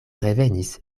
revenis